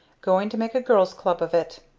going to make a girl's club of it!